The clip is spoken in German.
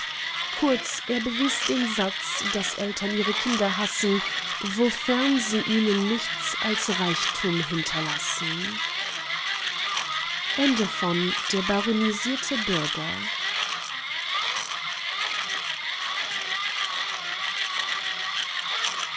kurz er bewies den satz daß eltern ihre kinder hassen wofern sie ihnen nichts als reichtum hinterlassen